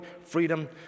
freedom